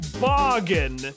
bargain